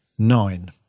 nine